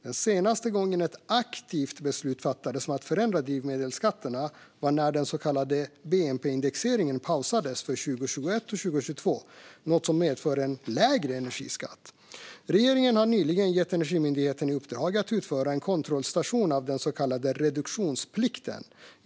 Den senaste gången ett aktivt beslut fattades om att förändra drivmedelsskatterna var när den så kallade bnp-indexeringen pausades för 2021 och 2022, något som medför en lägre energiskatt. Regeringen har nyligen gett Energimyndigheten i uppdrag att utföra en kontrollstation av den så kallade reduktionsplikten.